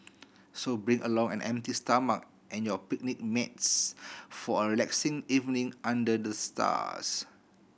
so bring along an empty stomach and your picnic mats for a relaxing evening under the stars